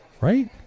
Right